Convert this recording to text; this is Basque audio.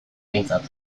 behintzat